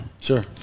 sure